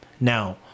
Now